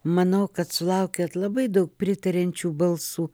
manau kad sulaukiat labai daug pritariančių balsų